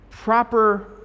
Proper